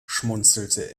schmunzelte